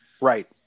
right